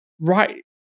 right